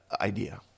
idea